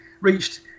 reached